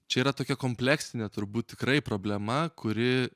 čia yra tokia kompleksinė turbūt tikrai problema kuri